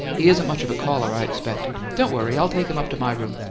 he isn't much of a caller, i expect. don't worry i'll take him up to my room.